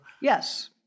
Yes